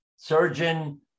Surgeon